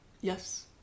Yes